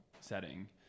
setting